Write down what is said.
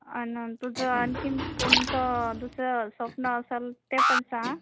आणि तुझं आणखी कोणतं दुसरं स्वप्न असेल ते पण सांग